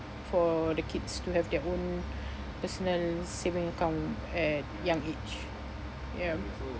for the kids to have their own personal saving account at young age ya